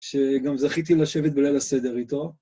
שגם זכיתי לשבת בליל הסדר איתו.